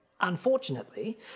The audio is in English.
Unfortunately